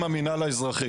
מינהל האזרחי.